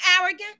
arrogant